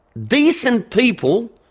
decent people.